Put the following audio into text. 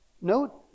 Note